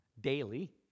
daily